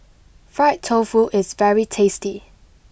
Fried Tofu is very tasty